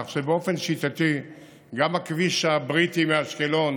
כך שבאופן שיטתי גם הכביש הבריטי מאשקלון